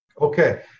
Okay